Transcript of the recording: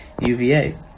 UVA